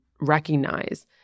recognize